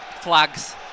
flags